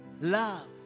love